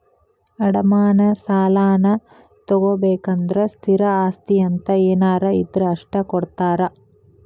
ಅಡಮಾನ ಸಾಲಾನಾ ತೊಗೋಬೇಕಂದ್ರ ಸ್ಥಿರ ಆಸ್ತಿ ಅಂತ ಏನಾರ ಇದ್ರ ಅಷ್ಟ ಕೊಡ್ತಾರಾ